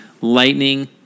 Lightning